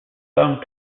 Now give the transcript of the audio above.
long